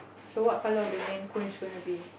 so what colour of your main it's gonna be